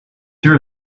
threw